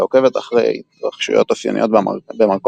ועוקבת אחרי התרחשויות אופייניות במרכול